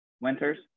Winters